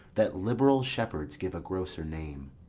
that liberal shepherds give a grosser name,